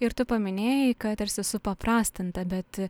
ir tu paminėjai kad tarsi supaprastinta bet